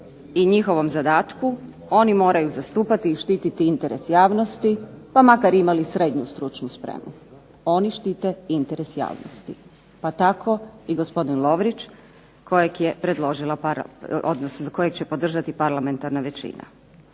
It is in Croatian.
i njihovom zadatku, oni moraju zastupati i štititi interes javnosti pa makar imali srednju stručnu spremu. Oni štite interes javnosti pa tako i gospodin Lovrić kojeg je predložila, odnosno